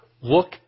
Look